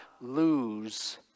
lose